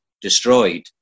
destroyed